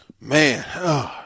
Man